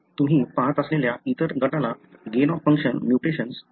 तुम्ही पाहत असलेल्या इतर गटाला गेन ऑफ फंक्शन म्युटेशन्स